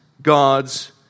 God's